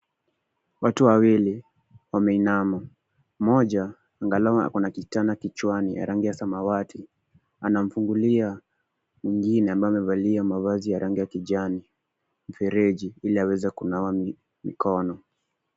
Watu wawili wameinama. Mmoja angalau akona kitana kichwani ya rangi ya samawati. Anamfungulia mwingine ambaye amevalia mavazi ya rangi ya kijani mfereji ili aweze kunawa mikono.